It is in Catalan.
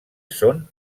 són